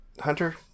Hunter